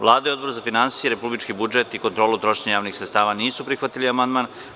Vlada i Odbor za finansije, republički budžet i kontrolu trošenja javnih sredstava nisu prihvatili amandman.